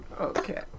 Okay